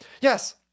Yes